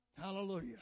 Hallelujah